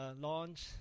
launch